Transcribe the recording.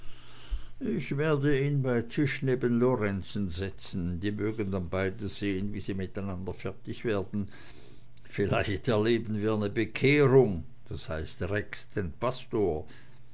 ich werde ihn bei tisch neben lorenzen setzen die mögen dann beide sehn wie sie miteinander fertig werden vielleicht erleben wir ne bekehrung das heißt rex den pastor